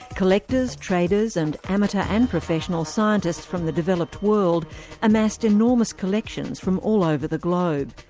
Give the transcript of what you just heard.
collectors, traders and amateur and professional scientists from the developed world amassed enormous collections from all over the globe.